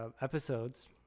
episodes